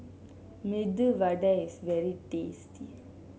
Medu Vada is very tasty